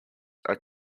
are